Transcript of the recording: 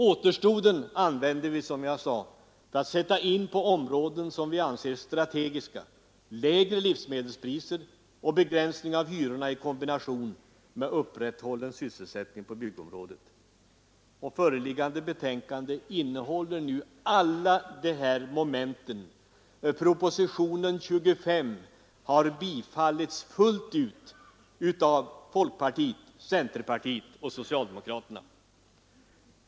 Återstoden användes som jag sade för att sättas in på områden som vi anser strategiska: lägre livsmedelspriser och begränsning av hyrorna i kombination med upprätthållen sysselsättning på byggområdet. Föreliggande betänkande innehåller alla dessa moment. Propositionen 25 har tillstyrkts fullt ut av folkpartiet, centerpartiet och socialdemokraterna.